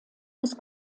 des